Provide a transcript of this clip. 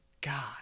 God